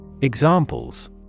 Examples